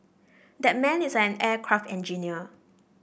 that man is an aircraft engineer